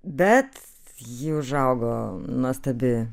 bet ji užaugo nuostabi